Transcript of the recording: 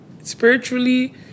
Spiritually